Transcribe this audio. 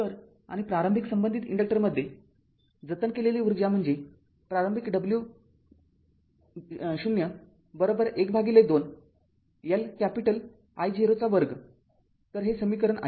तर आणि प्रारंभिक संबंधित इन्डक्टरमध्ये जतन केलेली ऊर्जा म्हणजे प्रारंभिक W 0 १२ L कॅपिटल I0चा वर्ग तर हे समीकरण आहे